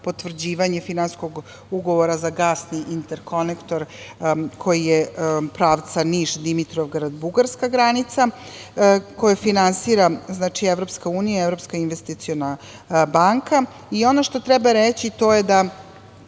potvrđivanje finansijskog ugovora za gasni interkonektor, koji je pravca Niš-Dimitrovgrad- Bugarska granica, koji finansira EU, Evropska investiciona banka. Ono što treba reći to je da